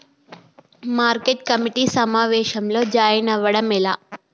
Market committee సమావేశంలో join అవ్వడం ఎలా?